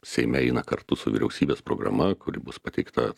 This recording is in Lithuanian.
seime eina kartu su vyriausybės programa kuri bus pateikta